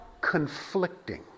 conflicting